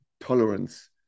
tolerance